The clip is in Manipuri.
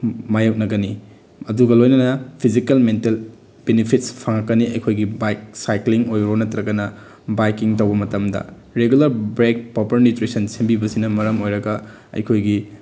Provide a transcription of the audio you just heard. ꯃꯥꯏꯌꯣꯛꯅꯒꯅꯤ ꯑꯗꯨꯒ ꯂꯣꯏꯅꯅ ꯐꯤꯖꯤꯀꯦꯜ ꯃꯦꯟꯇꯦꯜ ꯕꯤꯅꯤꯐꯤꯠꯁ ꯐꯪꯉꯛꯀꯅꯤ ꯑꯩꯈꯣꯏꯒꯤ ꯕꯥꯏꯛ ꯁꯥꯏꯀ꯭ꯂꯤꯡ ꯑꯣꯏꯔꯣ ꯅꯠꯇ꯭ꯔꯒꯅ ꯕꯥꯏꯛꯀꯤꯡ ꯇꯧꯕ ꯃꯇꯝꯗ ꯔꯤꯒꯨꯂꯔ ꯕ꯭ꯔꯦꯛ ꯄ꯭ꯔꯣꯄꯔ ꯅ꯭ꯌꯨꯇ꯭ꯔꯤꯁꯟ ꯁꯦꯝꯕꯤꯕꯁꯤꯅ ꯃꯔꯝ ꯑꯣꯏꯔꯒ ꯑꯩꯈꯣꯏꯒꯤ